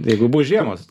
jeigu bus žiemos